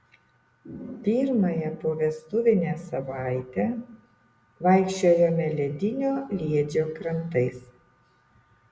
pirmąją povestuvinę savaitę vaikščiojome ledinio liedžio krantais